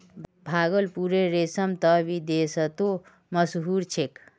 भागलपुरेर रेशम त विदेशतो मशहूर छेक